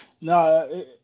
No